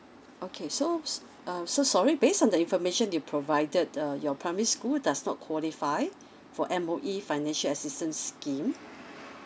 okay so s~ uh so sorry based on the information you provided uh your primary school does not qualify for M_O_E financial assistance scheme